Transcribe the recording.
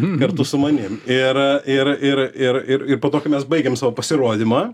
kartu su manim ir ir ir ir ir ir po to kai mes baigėm savo pasirodymą